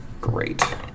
great